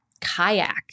kayak